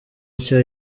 nshya